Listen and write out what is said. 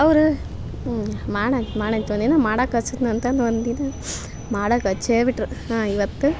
ಅವ್ರು ಮಾಡನ ಮಾಡಂತಿ ಒಂದಿನ ಮಾಡಕ್ಕೆ ಹಚ್ತಿ ಅಂತಂದು ಒಂದಿನ ಮಾಡಕ್ಕೆ ಹಚ್ಚೇ ಬಿಟ್ರು ಹಾ ಇವತ್ತು